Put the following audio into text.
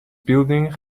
building